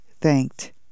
thanked